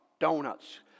Donuts